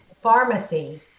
pharmacy